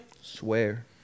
Swear